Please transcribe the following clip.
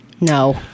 No